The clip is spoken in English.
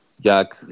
Jack